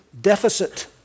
deficit